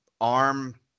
ARM